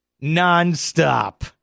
Non-stop